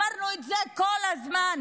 אמרנו את זה כל הזמן,